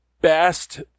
best